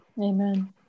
Amen